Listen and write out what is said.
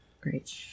Great